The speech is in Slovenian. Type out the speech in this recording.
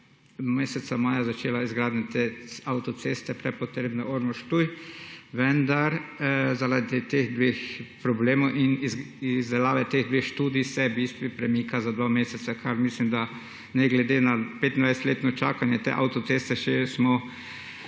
meseca maja začela izgradnja te avtoceste, prepotrebne, Ormož-Ptuj, vendar zaradi teh dveh problemov in izdelave teh dveh študij se v bistvu premika za dva meseca, kar mislim, da ne glede na 25-letno čakanje te avtoceste še smo